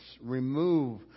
Remove